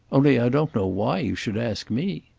only i don't know why you should ask me.